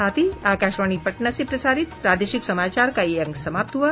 इसके साथ ही आकाशवाणी पटना से प्रसारित प्रादेशिक समाचार का ये अंक समाप्त हुआ